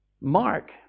Mark